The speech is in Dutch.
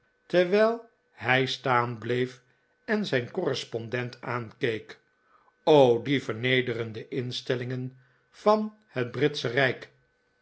terwijl hij staan bleef en zijn correspondent aankeek die vernederende instellingen van dat britsche rijk